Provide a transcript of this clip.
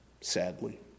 sadly